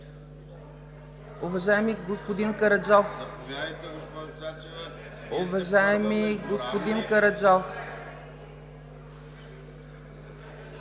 Уважаеми господин Караджов,